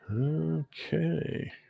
Okay